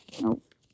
nope